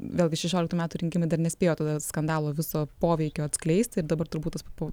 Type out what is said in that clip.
vėlgi šešioliktų metų rinkimai dar nespėjo todėl skandalo viso poveikio atskleisti ir dabar turbūt tas po